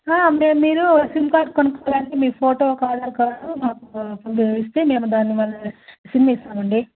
మేము మీరు sim card కొనుక్కోవాలి అంటే మీ ఫోటో ఒక ఆధార్ కార్డ్ మాకు ఇస్తే మేము దాన్ని సిమ్ ఇస్తాం అండి